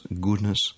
goodness